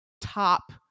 top